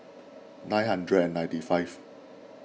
nine hundred and ninety five